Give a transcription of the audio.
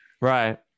right